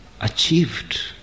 achieved